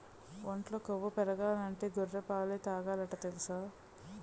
ఒంట్లో కొవ్వు పెరగాలంటే గొర్రె పాలే తాగాలట తెలుసా?